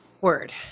Word